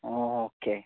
okay